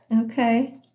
Okay